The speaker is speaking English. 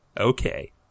Okay